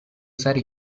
usare